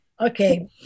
Okay